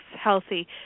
healthy